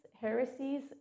heresies